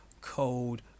cold